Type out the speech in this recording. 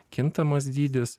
kintamas dydis